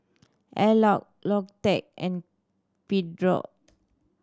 Alcott Logitech and Pedro